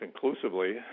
conclusively